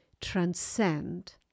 transcend